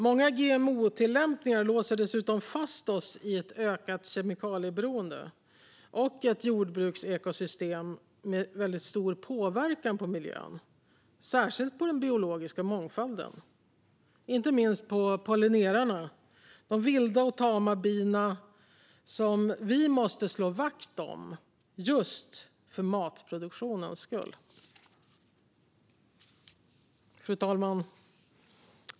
Många GMO-tillämpningar låser dessutom fast oss i ett ökat kemikalieberoende och ett jordbruksekosystem med stor påverkan på miljön, särskilt på den biologiska mångfalden. Detta gäller inte minst pollinerarna, de vilda och tama bina, som vi måste slå vakt om just för matproduktionens skull. Fru talman!